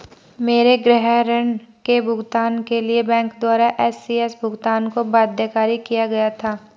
मेरे गृह ऋण के भुगतान के लिए बैंक द्वारा इ.सी.एस भुगतान को बाध्यकारी किया गया था